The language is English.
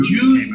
Jews